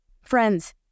Friends